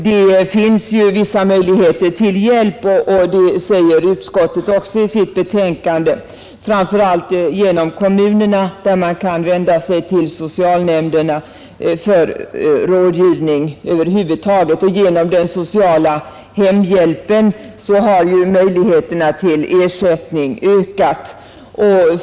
Det finns vissa möjligheter till hjälp — och det säger utskottet också i sitt betänkande — framför allt genom kommunerna där man kan vända sig till socialnämnderna för rådgivning över huvud taget. Även genom den sociala hemhjälpen har möjligheterna till ersättning ökat.